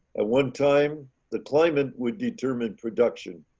at one time the climate would determine production.